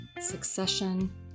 succession